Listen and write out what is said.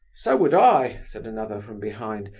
so would i, said another, from behind,